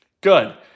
Good